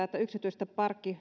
että yksityisestä